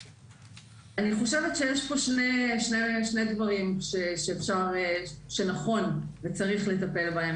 אני חושבת שיש פה שני דברים שנכון וצריך לטפל בהם.